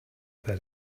that